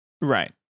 right